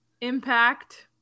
impact